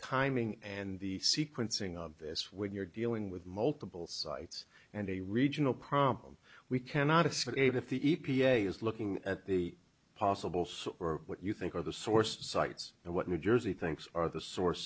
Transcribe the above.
timing and the sequencing of this when you're dealing with multiple sites and a regional problem we cannot escape if the e p a is looking at the possible source or what you think are the source sites and what new jersey thinks are the source